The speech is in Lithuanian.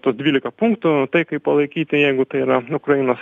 tuos dvylika punktų taikai palaikyti jeigu tai yra ukrainos